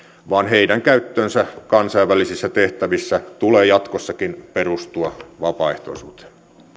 vaan heidän käyttönsä kansainvälisissä tehtävissä tulee jatkossakin perustua vapaaehtoisuuteen